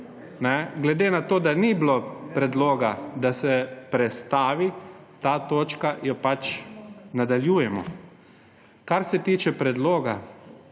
glede na to, da ni bilo predloga, da se prestavi ta točka, jo pač nadaljujemo. Kar se tiče predloga,